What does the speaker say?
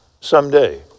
someday